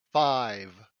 five